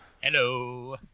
Hello